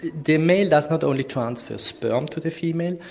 the the male doesn't only transfer sperm to the female,